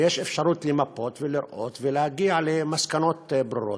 ויש אפשרות למפות ולראות ולהגיע למסקנות ברורות.